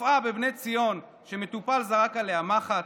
רופאה בבני ציון שמטופל זרק עליה מחט,